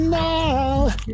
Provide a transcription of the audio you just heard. now